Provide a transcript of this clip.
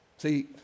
See